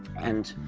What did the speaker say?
and